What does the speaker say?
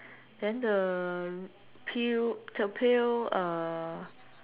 then the pail the pail uh